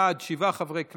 בעד, שבעה חברי כנסת,